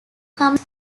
comes